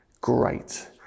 great